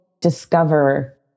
discover